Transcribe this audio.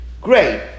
great